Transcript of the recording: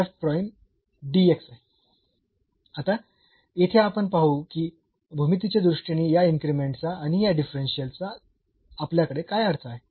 आता येथे आपण पाहू की भूमितीच्या दृष्टीने या इन्क्रीमेंटचा आणि या डिफरन्शियलचा आपल्याकडे काय अर्थ आहे